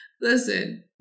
Listen